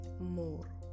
more